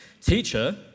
Teacher